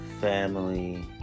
family